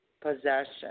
Possession